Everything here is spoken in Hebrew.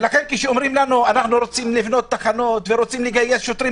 ולכן כשאומרים לנו: אנחנו רוצים לבנות תחנות ורוצים לגייס שוטרים.